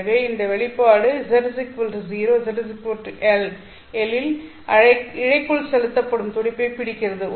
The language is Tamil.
எனவே இந்த வெளிப்பாடு Z0 ZL இல் இழைக்குள் செலுத்தப்படும் துடிப்பைப் பிடிக்கிறது